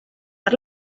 per